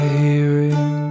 hearing